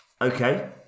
okay